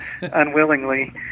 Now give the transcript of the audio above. unwillingly